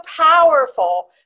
powerful